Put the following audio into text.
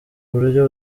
buryo